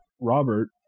Robert